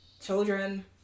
children